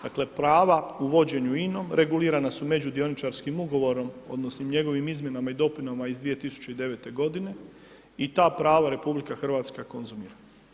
Dakle, prava u vođenju INOM regulirana su međudioničarskim ugovorom odnosno njegovim izmjenama i dopunama iz 2009. i ta prava RH konzumira.